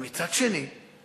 אבל מצד שני,